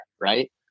right